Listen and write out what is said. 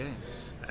Yes